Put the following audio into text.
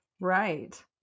right